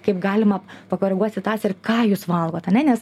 kaip galima pakoreguot situaciją ir ką jūs valgot ane nes